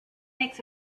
makes